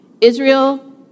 Israel